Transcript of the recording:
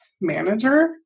manager